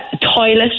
toilet